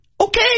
Okay